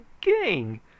gang